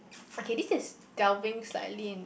okay this is delving slightly in